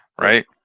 right